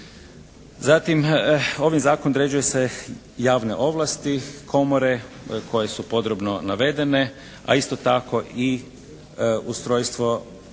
Zatim ovim zakonom određuju se i javne ovlasti komore koje su podrobno navedene. A isto tako i ustrojstvo tijela